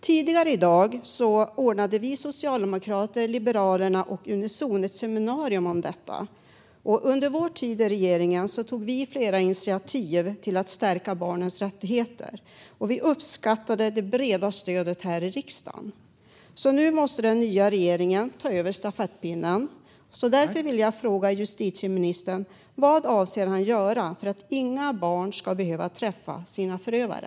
Tidigare i dag ordnade vi socialdemokrater, Liberalerna och Unizon ett seminarium om detta. Under vår tid i regeringen tog vi flera initiativ till att stärka barns rättigheter, och vi uppskattade det breda stödet i riksdagen. Nu måste den nya regeringen ta över stafettpinnen. Vad avser justitieministern att göra för att inga barn ska behöva träffa sina förövare?